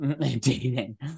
dating